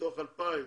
מתוך 2,000,